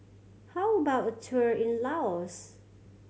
how about a tour in Laos